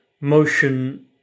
Motion